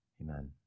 amen